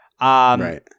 Right